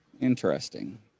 Interesting